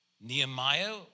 Nehemiah